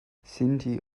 sinti